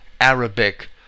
Arabic